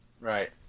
right